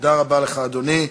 תודה רבה לך, אדוני.